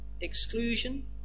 exclusion